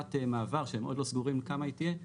לתקופת מעבר שהם עוד לא סגורים כמה היא תהיה,